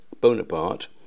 Bonaparte